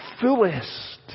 fullest